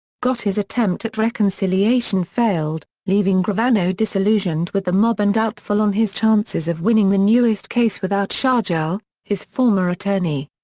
gotti's attempt at reconciliation failed, leaving gravano disillusioned with the mob and doubtful on his chances of winning the newest case without shargel, his former attorney.